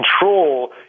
control